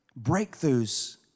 breakthroughs